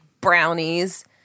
brownies